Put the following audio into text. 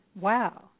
Wow